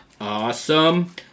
Awesome